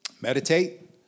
meditate